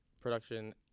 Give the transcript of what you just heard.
production